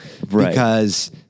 because-